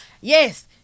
yes